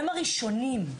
הם הראשונים,